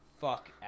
Fuck